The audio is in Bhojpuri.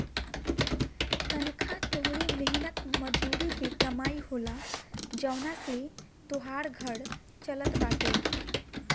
तनखा तोहरी मेहनत मजूरी के कमाई होला जवना से तोहार घर चलत बाटे